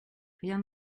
rien